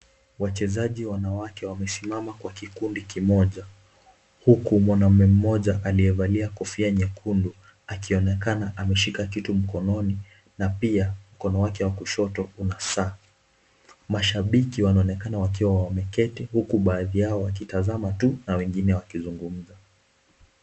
Wachezaji wanawake wamesimama kwa kikundi kimoja, huku mwanaume mmoja aliyevalia kofia nyekundu, akionekana ameshika kitu mkononi na pia mkono wake wa kushoto una saa. Mashabiki wanaonekana wakiwa wameketi, huku baadhi yao wakitazama tu na wengine wakizungumza.